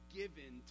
given